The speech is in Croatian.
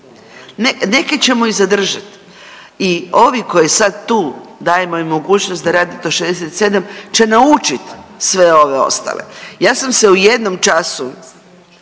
Neke ćemo i zadržat i ovi koji sad tu dajemo im mogućnost da rade do 67 će naučiti sve ove ostale. Ja sam se u jednom času